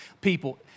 People